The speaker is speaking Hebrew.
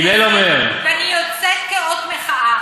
ואני יוצאת כאות מחאה.